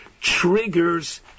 triggers